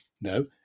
no